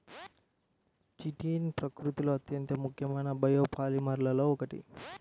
chitin ప్రకృతిలో అత్యంత ముఖ్యమైన బయోపాలిమర్లలో ఒకటి